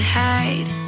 hide